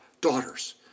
daughters